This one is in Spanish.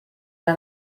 una